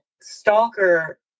stalker